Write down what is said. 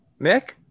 Mick